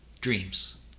Dreams